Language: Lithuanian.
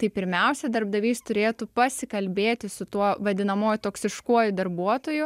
tai pirmiausia darbdavys turėtų pasikalbėti su tuo vadinamuoju toksiškuoju darbuotoju